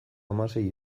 hamasei